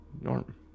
Norm